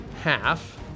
half